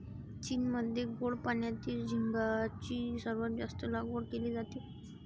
चीनमध्ये गोड पाण्यातील झिगाची सर्वात जास्त लागवड केली जाते